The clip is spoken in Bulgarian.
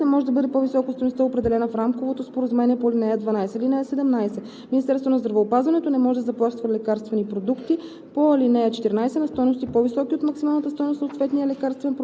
За лекарствените продукти по ал. 12 максималната стойност по ал. 14 не може да бъде по-висока от стойността, определена в рамковото споразумение по ал. 12. (17) Министерството на здравеопазването не може да заплаща лекарствените продукти